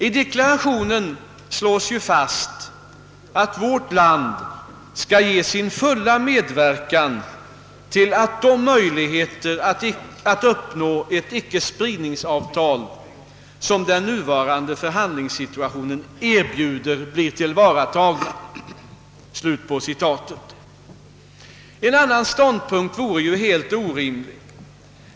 I deklarationen slås fast, att vårt land skall ge sin fulla medverkan till att de möjligheter att uppnå ett icke-spridningsavtal som den nuvarande förhandlingssituationen erbjuder blir tillvaratagna. En annan ståndpunkt vore helt orimlig.